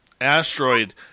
Asteroid